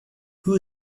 who